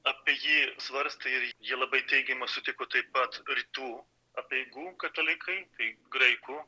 apie jį svarstė ir jį labai teigiamai sutiko taip pat rytų apeigų katalikai tai graikų